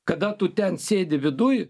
kada tu ten sėdi viduj